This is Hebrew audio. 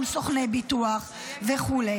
מול סוכני ביטוח וכו'.